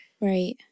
right